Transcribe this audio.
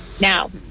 now